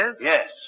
Yes